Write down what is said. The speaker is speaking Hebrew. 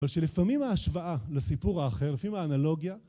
אבל שלפעמים ההשוואה לסיפור האחר, לפעמים האנלוגיה...